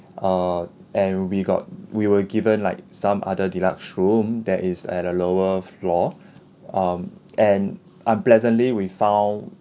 err and we got we were given like some other deluxe room that is at a lower floor um and unpleasantly we found